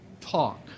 talk